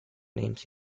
names